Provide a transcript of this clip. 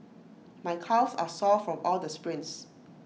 my calves are sore from all the sprints